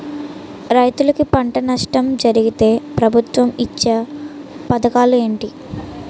రైతులుకి పంట నష్టం జరిగితే ప్రభుత్వం ఇచ్చా పథకాలు ఏంటి?